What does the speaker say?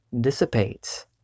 dissipates